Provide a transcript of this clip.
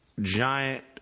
giant